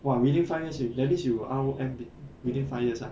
!wah! meaning five years you that means you R_O_M within five years ah